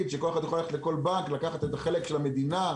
שכל אחד יוכל ללכת לכל בנק לקחת את החלק של המדינה,